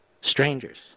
strangers